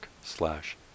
slash